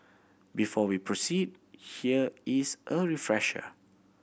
before we proceed here is a refresher